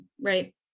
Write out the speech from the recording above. right